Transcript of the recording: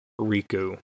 Riku